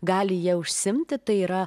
gali ja užsiimti tai yra